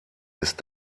ist